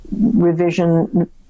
revision